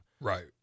right